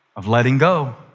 of letting go,